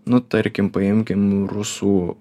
nu tarkim paimkim rusų